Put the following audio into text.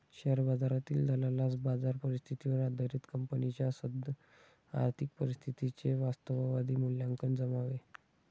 share बाजारातील दलालास बाजार परिस्थितीवर आधारित कंपनीच्या सद्य आर्थिक परिस्थितीचे वास्तववादी मूल्यांकन जमावे